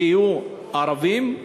שיהיו ערבים,